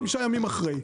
חמישה ימים אחרי,